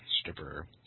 stripper